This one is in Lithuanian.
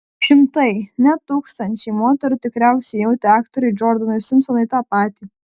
šimtai ne tūkstančiai moterų tikriausiai jautė aktoriui džordanui simpsonui tą patį